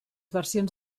versions